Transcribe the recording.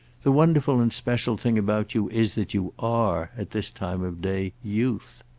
the wonderful and special thing about you is that you are, at this time of day, youth.